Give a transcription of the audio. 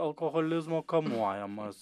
alkoholizmo kamuojamas